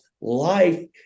life